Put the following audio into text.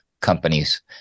companies